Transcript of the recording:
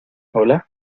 hola